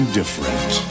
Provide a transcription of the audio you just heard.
different